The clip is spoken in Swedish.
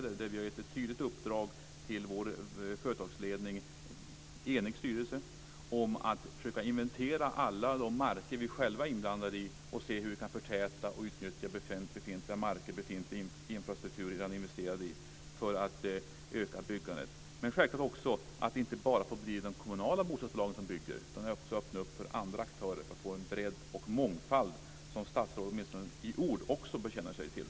En enig styrelse har gett ett tydligt uppdrag till vår företagsledning om att försöka inventera alla de marker som vi själva är inblandade i för att se hur vi kan förtäta och utnyttja befintliga marker och befintlig infrastruktur som man redan har investerat i för att öka byggandet. Men det får självklart inte bli bara de kommunala bostadsbolagen som bygger, utan man får också öppna upp för andra aktörer för att man ska få en bredd och en mångfald, vilket statsrådet åtminstone i ord också bekänner sig till.